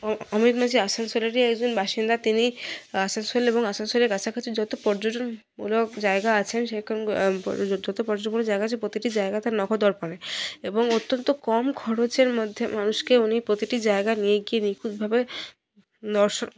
অমিত মাঝি আসানসোলেরই একজন বাসিন্দা তিনি আসানসোল এবং আসানসোলের কাছাকাছি যত পর্যটনমূলক জায়গা আছেন যত পর্যটনমূলক প্রত্যেকটি জায়গা তার নখদর্পণে এবং অত্যন্ত কম খরচের মধ্যে মানুষকে উনি প্রতিটি জায়গা নিয়ে গিয়ে নিখুঁতভাবে দর্শন